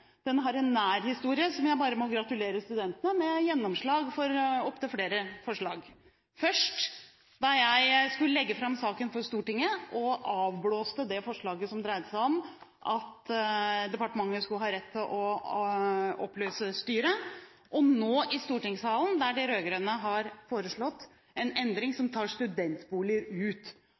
Den har en nær historie, og jeg må bare gratulere studentene med gjennomslag for opptil flere forslag – først, da jeg skulle legge fram saken for Stortinget og avblåste det forslaget som dreide seg om at departementet skulle ha rett til å oppløse styret, og nå, i stortingssalen, der de rød-grønne har foreslått en endring som tar studentboliger ut